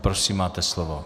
Prosím, máte slovo.